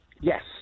Yes